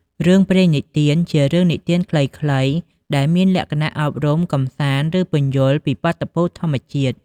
រឿងព្រេងនិទាន ជារឿងនិទានខ្លីៗ ដែលមានលក្ខណៈអប់រំ កម្សាន្ត ឬពន្យល់ពីបាតុភូតធម្មជាតិ។